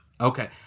Okay